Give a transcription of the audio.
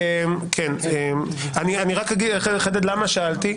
אני אחדד למה שאלתי.